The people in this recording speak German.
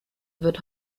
wird